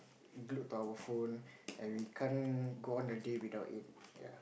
glued to our phone and we can't go on a day without it ya